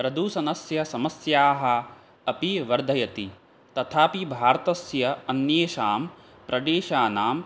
प्रदूषणस्य समस्याः अपि वर्धयति तथापि भारतस्य अन्येषां प्रदेशानां